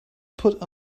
put